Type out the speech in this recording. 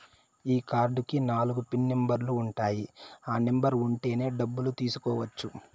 ఈ కార్డ్ కి నాలుగు పిన్ నెంబర్లు ఉంటాయి ఆ నెంబర్ ఉంటేనే డబ్బులు తీసుకోవచ్చు